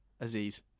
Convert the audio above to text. Aziz